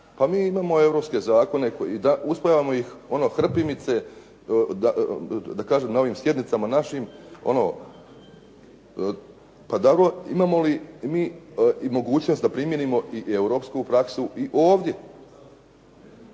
Pa imamo europske zakone, usvajamo ih ono hrpimice, da kažem na ovim sjednicama našim. Imamo li mogućnost da primjenimo i europsku praksu i ovdje?